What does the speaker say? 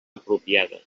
apropiada